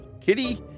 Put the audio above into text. Kitty